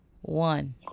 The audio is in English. one